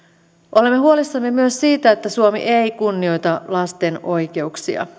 olemme huolissamme myös siitä että suomi ei kunnioita lasten oikeuksia